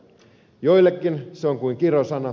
joillekin se on kuin kirosana